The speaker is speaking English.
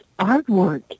artwork